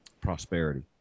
Prosperity